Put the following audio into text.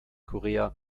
korea